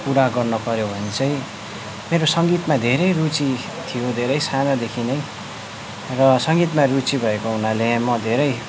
कुरा गर्नु पर्यो भने चाहिँ मेरो सङ्गीतमा धेरै रुचि थियो धेरै सानोदेखि नै र सङ्गीतमा रुचि भएको हुनाले म धेरै